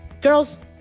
girls